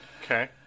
Okay